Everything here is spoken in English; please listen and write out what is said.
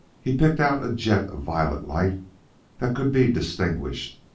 he picked out a jet of violet light that could be distinguished,